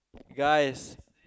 guys